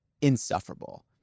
insufferable